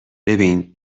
ببین